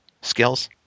skills